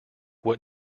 what